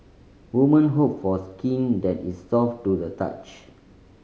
women hope for skin that is soft to the touch